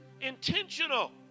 intentional